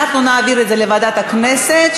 אנחנו נעביר את זה לוועדת הכנסת,